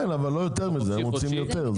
כן, אבל לא יותר מזה, הם רוצים יותר.